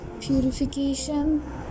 purification